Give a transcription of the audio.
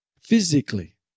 physically